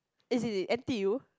as in N_T_U